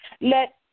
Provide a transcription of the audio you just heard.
Let